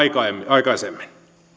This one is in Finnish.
aikaisemmin